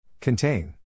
Contain